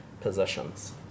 positions